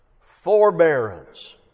forbearance